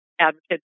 advocates